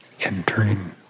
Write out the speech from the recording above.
Entering